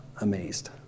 amazed